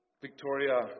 Victoria